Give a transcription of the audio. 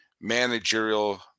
managerial